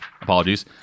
apologies